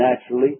naturally